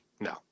no